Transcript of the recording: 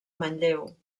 manlleu